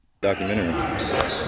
documentary